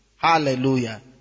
Hallelujah